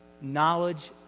knowledge